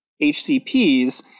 HCPs